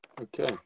Okay